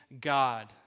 God